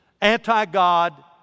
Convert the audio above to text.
anti-God